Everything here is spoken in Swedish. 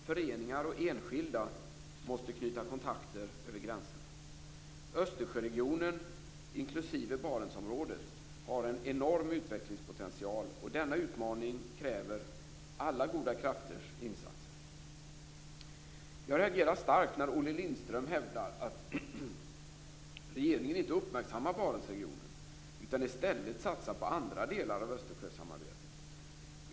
Föreningar och enskilda måste knyta kontakter över gränserna. Östersjöregionen inklusive Barentsområdet har en enorm utvecklingspotential, och denna utmaning kräver alla goda krafters insatser. Jag reagerar starkt när Olle Lindström hävdar att regeringen inte uppmärksammar Barentsregionen, utan att man i stället satsar på andra delar av Östersjösamarbetet.